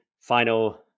final